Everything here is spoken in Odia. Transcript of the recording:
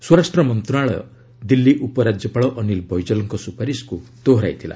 ସ୍ୱରାଷ୍ଟ୍ର ମନ୍ତ୍ରଶାଳୟ ଦିଲ୍ଲୀ ଉପରାଜ୍ୟପାଳ ଅନୀଲ ବୈଜଲଙ୍କ ସୁପାରିଶକୁ ଦୋହରାଇଥିଲା